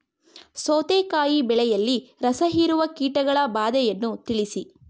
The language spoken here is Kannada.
ಸೌತೆಕಾಯಿ ಬೆಳೆಯಲ್ಲಿ ರಸಹೀರುವ ಕೀಟಗಳ ಬಾಧೆಯನ್ನು ತಿಳಿಸಿ?